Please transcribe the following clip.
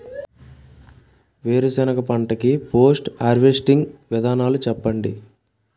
వేరుసెనగ పంట కి పోస్ట్ హార్వెస్టింగ్ విధానాలు చెప్పండీ?